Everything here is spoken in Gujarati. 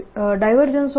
E0 જોઈએ